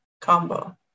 combo